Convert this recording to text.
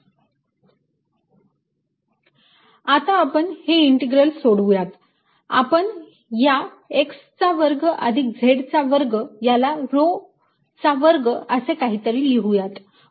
Vr L2L2λdy4π0।r yy। Vxyz4π0 L2L2dyx2z2y y2 आता आपण हे इंटीग्रल सोडवूयात आपण या x चा वर्ग अधिक z चा वर्ग याला rho चा वर्ग असे काहीतरी घेऊयात